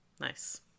nice